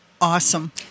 Awesome